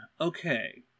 okay